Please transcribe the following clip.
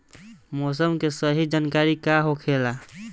मौसम के सही जानकारी का होखेला?